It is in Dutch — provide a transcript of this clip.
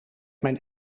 mijn